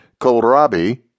kohlrabi